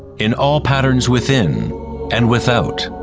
in all patterns within and without.